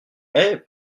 est